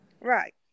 Right